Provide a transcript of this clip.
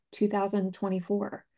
2024